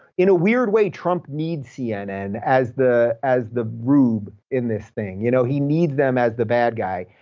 in a weird way, trump needs cnn as the as the rube in this thing. you know he needs them as the bad guy.